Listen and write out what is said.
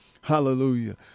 hallelujah